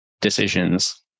decisions